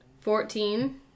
Fourteen